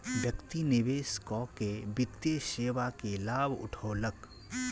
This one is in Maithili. व्यक्ति निवेश कअ के वित्तीय सेवा के लाभ उठौलक